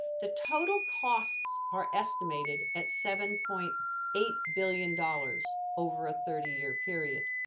the total costs are estimated at seven point eight billion dollars over a thirty year period.